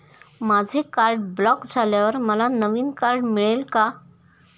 माझे card block झाल्यावर मला नवीन कार्ड मिळेल का?